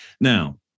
Now